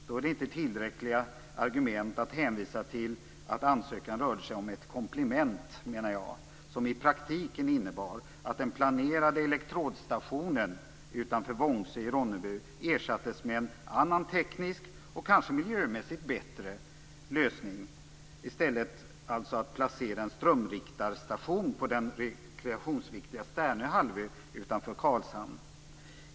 Då är det inte ett tillräckligt argument att hänvisa till att ansökan rörde sig om ett komplement, som i praktiken innebar att den planerade elektrodstationen utanför Vångsö i Ronneby ersattes med en annan teknisk - och kanske miljömässigt bättre - lösning, dvs. att i stället placera en strömriktarstation på den rekreationsviktiga Sternö halvö utanför Karlshamn.